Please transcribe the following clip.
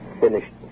Finished